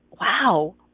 wow